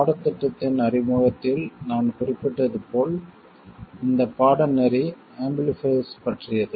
பாடத்திட்டத்தின் அறிமுகத்தில் நான் குறிப்பிட்டது போல் இந்த பாடநெறி ஆம்பிளிஃபைர்ஸ் பற்றியது